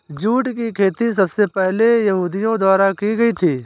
jute की खेती सबसे पहले यहूदियों द्वारा की गयी थी